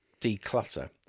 declutter